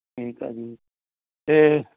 ਠੀਕ ਹੈ ਜੀ ਅਤੇ